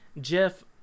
Jeff